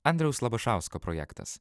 andriaus labašausko projektas